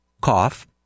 cough